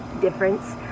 difference